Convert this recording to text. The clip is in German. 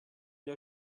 der